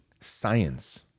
science